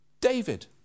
David